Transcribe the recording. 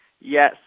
Yes